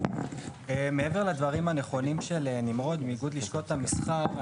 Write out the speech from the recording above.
מעבר לדברים הנכונים של נמרוד מאיגוד לשכות המסחר,